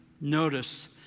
Notice